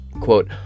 Quote